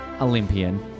Olympian